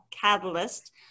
Catalyst